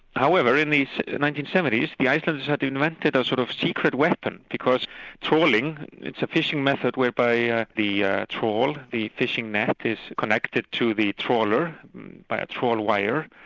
however in the nineteen seventy s the icelanders had invented a sort of secret weapon, because trawling, it's a fishing method whereby ah the yeah trawl, the fishing net, is connected to the trawler by a trawl wire,